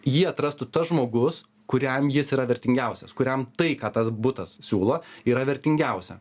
jį atrastų tas žmogus kuriam jis yra vertingiausias kuriam tai ką tas butas siūlo yra vertingiausia